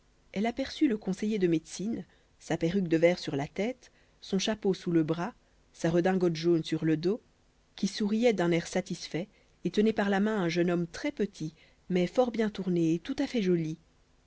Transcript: elle aperçut le conseiller de médecine sa perruque de verre sur la tête son chapeau sous le bras sa redingote jaune sur le dos qui souriait d'un air satisfait et tenait par la main un jeune homme très petit mais fort bien tourné et tout à fait joli